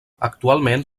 actualment